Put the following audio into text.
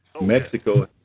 Mexico